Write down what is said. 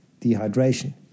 dehydration